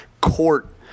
court